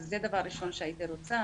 זה הדבר הראשון שהייתי רוצה,